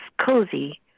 cozy